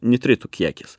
nitritų kiekis